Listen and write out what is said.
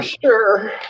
Sure